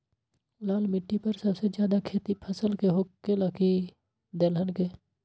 लाल मिट्टी पर सबसे ज्यादा खेती फल के होला की दलहन के?